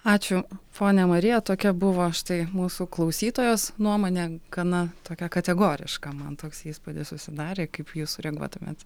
ačiū ponia marija tokia buvo štai mūsų klausytojos nuomonė gana tokia kategoriška man toks įspūdis susidarė kaip jūs sureaguotumėt